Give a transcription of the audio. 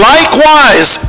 Likewise